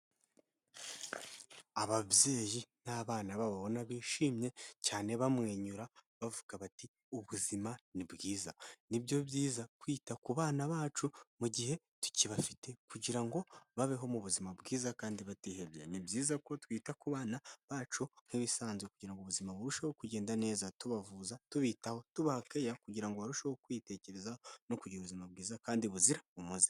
Ababyeyi n'abana babo ubona bishimye cyane bamwenyura bavuga bati: "Ubuzima ni bwiza." Nibyo byiza kwita ku bana bacu mu gihe tukibafite kugira ngo babeho mu buzima bwiza kandi batihebye. Ni byiza ko twita ku bana bacu nk'ibisanze kugira ubuzima burusheho kugenda neza, tubavuza, tubitaho, tubaha keya, kugira ngo barusheho kwitekerezaho no kugira ubuzima bwiza kandi buzira umuze.